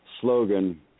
slogan